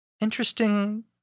Interesting